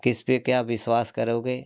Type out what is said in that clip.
किस पर क्या विश्वास करोगे